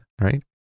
right